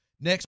next